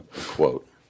quote